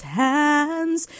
hands